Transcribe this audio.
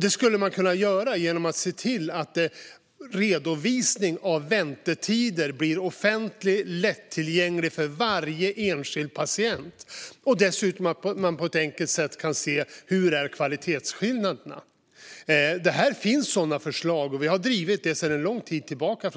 Det skulle man kunna göra genom att redovisningen av väntetider och kvalitetsskillnader blir offentlig och lättillgänglig för varje enskild patient. Här finns sådana förslag, och allianspartierna har drivit dem sedan en lång tid tillbaka.